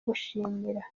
gushimira